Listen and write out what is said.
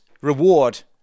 reward